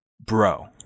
bro